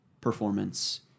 performance